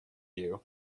you